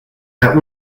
that